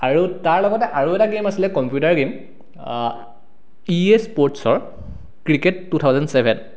আৰু তাৰ লগতে আৰু এটা গেম আছিলে কম্পিউটাৰ গেম ইয়ে স্পৰ্টছৰ ক্ৰিকেট টু থাউজেণ্ড চেভেন